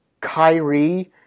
Kyrie